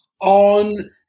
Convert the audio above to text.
On